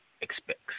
expects